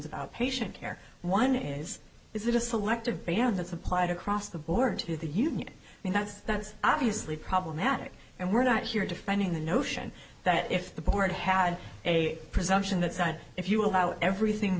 about patient care one is is that a selective band that's applied across the board to the union and that's that's obviously problematic and we're not here defending the notion that if the board had a presumption that said if you allow everything